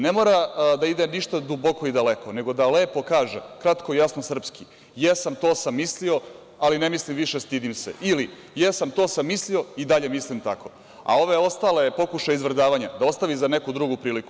Ne mora da ide ništa duboko i daleko, nego da lepo kaže kratko i jasno srpski: „jesam, to sam mislio, ali ne mislim više, stidim se“ ili: „jesam, to sam mislio i dalje mislim tako“, a ove ostale pokušaje izvrgavanja da ostavi za neku drugu priliku.